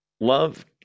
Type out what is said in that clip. Love